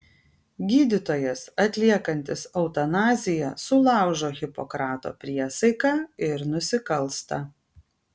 gydytojas atliekantis eutanaziją sulaužo hipokrato priesaiką ir nusikalsta